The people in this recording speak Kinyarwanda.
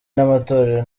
n’amatorero